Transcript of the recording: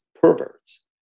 perverts